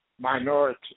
minority